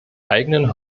eigenen